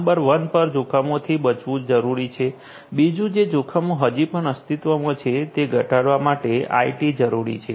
number ૧ પર જોખમો થી બચવું જરૂરી છે બીજું જે જોખમો હજુ પણ અસ્તિત્વમાં છે તે ઘટાડવા માટે આઇટી જરૂરી છે